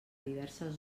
diverses